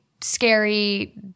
scary